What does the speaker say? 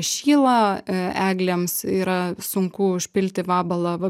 šyla a eglėms yra sunku užpilti vabalą